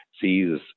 sees